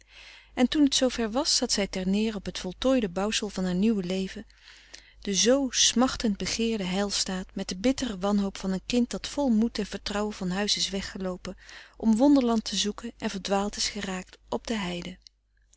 en toen t zoover was zat zij ter neer op het voltooide bouwsel van haar nieuw leven de zoo smachtend begeerde heilstaat met de bittere wanhoop van een kind dat vol moed en vertrouwen van huis is weggeloopen om wonderland te zoeken en verdwaald is geraakt op de heide